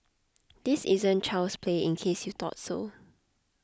this isn't child's play in case you thought so